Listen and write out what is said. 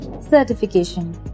Certification